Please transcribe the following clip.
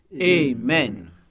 Amen